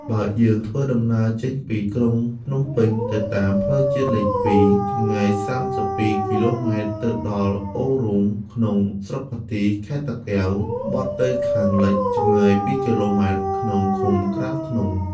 បើយើងធ្វើដំណើរចេញពីក្រុងភ្នំពេញទៅតាមផ្លូវជាតិលេខ ២ ចម្ងាយ ៣២ គ.ម ទៅដល់អូររូង ក្នុងស្រុកបាទី ខេត្តតាកែវ បត់ទៅខាងលិចចម្ងាយ ២ គ.ម ក្នុងឃុំក្រាំងធ្នង់។